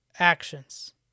Actions